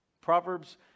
Proverbs